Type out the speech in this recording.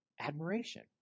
admiration